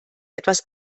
etwas